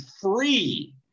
free